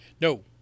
No